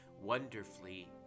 wonderfully